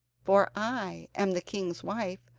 for i am the king's wife,